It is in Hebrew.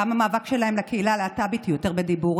גם המאבק שלהם עבור הקהילה הלהט"בית הוא יותר בדיבורים.